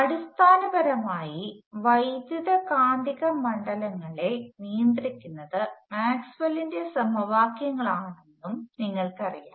അടിസ്ഥാനപരമായി വൈദ്യുതകാന്തിക മണ്ഡലങ്ങളെ നിയന്ത്രിക്കുന്നത് മാക്സ്വെല്ലിന്റെ സമവാക്യങ്ങളാണെന്നും നിങ്ങൾക്കറിയാം